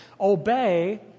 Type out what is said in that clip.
Obey